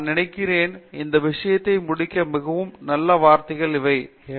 நான் நினைக்கிறேன் இந்த விவாதத்தை முடிக்க மிகவும் நல்ல வார்த்தைகள் இவையே